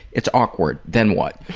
it's awkward, then what?